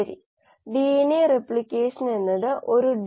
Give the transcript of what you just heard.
fluorescence ഉപയോഗിച്ചാണ് intracellular P